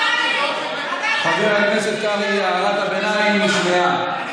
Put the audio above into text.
חבר הכנסת קרעי, הערת הביניים נשמעה.